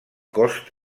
costs